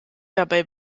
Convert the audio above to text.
dabei